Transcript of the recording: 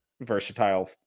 versatile